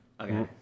Okay